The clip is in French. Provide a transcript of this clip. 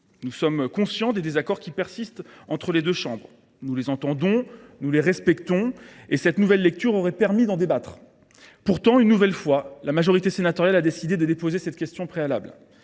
Nous sommes conscients des désaccords qui persistent entre les deux chambres. Nous les entendons, nous les respectons, et cette nouvelle lecture aurait permis d’en débattre. Pourtant, une nouvelle fois, la majorité sénatoriale a décidé de déposer une motion tendant